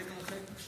להתרחק, להתרחק.